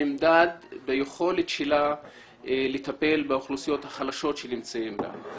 נמדד ביכולת שלה לטפל באוכלוסיות החלשות שנמצאות בה.